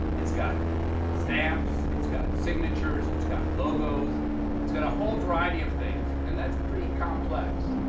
it's got stamps, it's got signatures, it's got logos it's got a whole variety of things, and that's pretty complex.